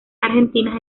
argentinas